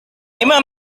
immer